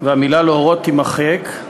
והמילה "להורות" תימחק,